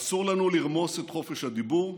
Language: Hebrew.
אסור לנו לרמוס את חופש הדיבור,